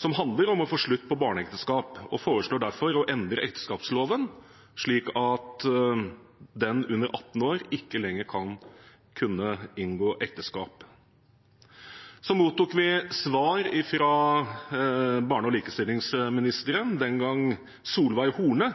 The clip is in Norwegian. som handler om å få slutt på barneekteskap, og foreslår derfor å endre ekteskapsloven slik at personer under 18 år ikke skal kunne inngå ekteskap. Vi mottok svar fra barne- og likestillingsministeren, den gang Solveig Horne,